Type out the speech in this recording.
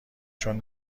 چون